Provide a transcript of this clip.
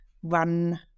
one